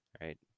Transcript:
right